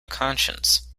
conscience